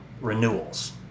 renewals